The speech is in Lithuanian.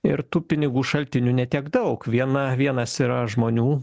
ir tų pinigų šaltinių ne tiek daug viena vienas yra žmonių